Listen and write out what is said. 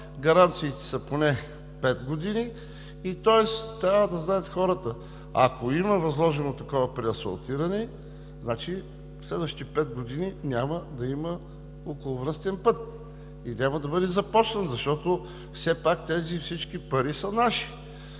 гаранциите са поне пет години. Тоест хората трябва да знаят – ако има възложено такова преасфалтиране, значи следващите пет години няма да има околовръстен път и няма да бъде започнат, защото все пак тези всички пари са наши